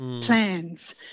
plans